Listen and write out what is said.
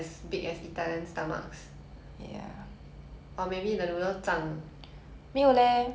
I don't know but anyways ya it became like~ instead of carbonara it became 蛋炒面